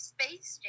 Space